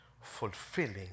fulfilling